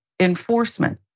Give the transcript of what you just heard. enforcement